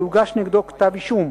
שהוגש נגדו כתב-אישום.